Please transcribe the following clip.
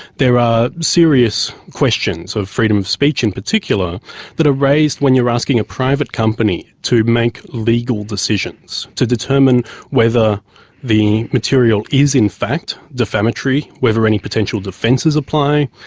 there are serious questions of freedom of speech in particular that are raised when you are asking a private company to make legal decisions to determine whether the material is in fact defamatory, whether any potential defences apply,